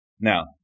now